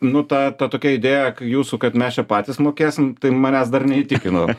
nu ta ta tokia idėja jūsų kad mes čia patys mokėsim tai manęs dar neįtikino